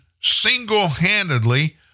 single-handedly